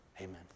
Amen